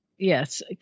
Yes